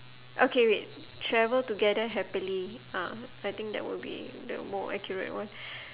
okay wait travel together happily ah I think that would be the more accurate one